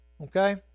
Okay